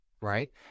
right